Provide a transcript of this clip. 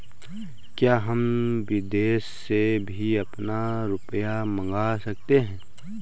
क्या हम विदेश से भी अपना रुपया मंगा सकते हैं?